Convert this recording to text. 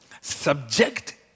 Subject